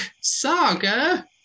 Saga